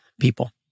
people